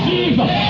Jesus